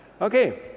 Okay